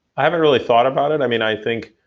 i haven't really thought about it. i mean, i think